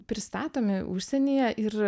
pristatomi užsienyje ir